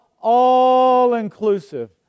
all-inclusive